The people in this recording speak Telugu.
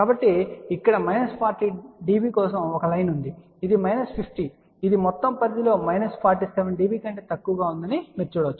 కాబట్టి ఇక్కడ మైనస్ 40 dB కోసం ఒక లైన్ ఉంది ఇది మైనస్ 50 ఇది మొత్తం పరిధిలో మైనస్ 47 dB కంటే తక్కువగా ఉందని మీరు చూడవచ్చు